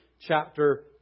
chapter